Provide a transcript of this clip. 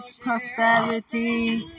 prosperity